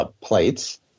plates